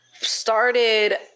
started